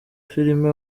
filime